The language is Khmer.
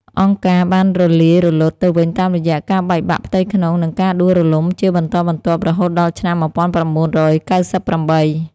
«អង្គការ» បានរលាយរលត់ទៅវិញតាមរយៈការបែកបាក់ផ្ទៃក្នុង និងការដួលរំលំជាបន្តបន្ទាប់រហូតដល់ឆ្នាំ១៩៩៨។